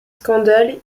scandale